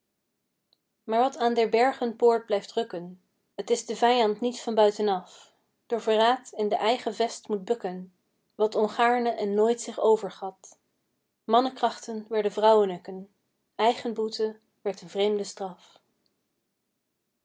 maar wat aan der bergen poort blijft rukken t is de vijand niet van buitenaf door verraad in de eigen vest moet bukken wat ongaarne en nooit zich overgat mannekrachten werden vrouwenukken eigen boete werd een vreemde straf